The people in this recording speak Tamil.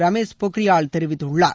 ரமேஷ் பொக்ரியால் தெரிவித்துள்ளார்